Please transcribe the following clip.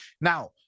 Now